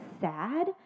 sad